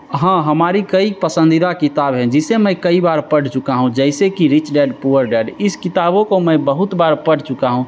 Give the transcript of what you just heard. हाँ हमारी कई पसंदीदा किताब हैं जिसे मैं कई बार पढ़ चुका हूँ जैसे कि रीच डैड पुअर डैड इस किताबों को मैं बहुत बार पढ़ चुका हूँ